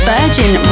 Virgin